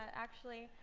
actually.